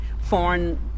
foreign